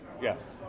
Yes